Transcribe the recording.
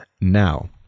Now